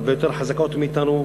הרבה יותר חזקות מאתנו,